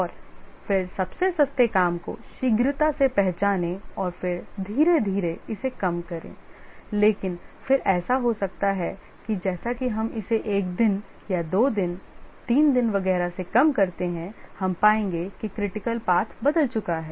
और फिर सबसे सस्ते काम को शीघ्रता से पहचानें और फिर धीरे धीरे इसे कम करें लेकिन फिर ऐसा हो सकता है कि जैसा कि हम इसे एक दिन या 2 दिन 3 दिन वगैरह से कम करते हैं हम पाएंगे कि critical path बदल चुका है